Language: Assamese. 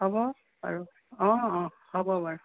হ'ব বাৰু অঁ অঁ হ'ব বাৰু